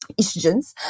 estrogens